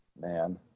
Man